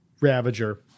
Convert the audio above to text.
Ravager